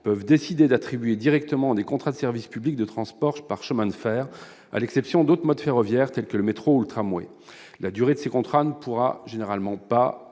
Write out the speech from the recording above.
peuvent décider d'attribuer directement des contrats de service public relatifs » aux transports par chemins de fer, à l'exception d'autres modes ferroviaires, comme le métro ou le tramway. La durée de ces contrats ne pourra généralement pas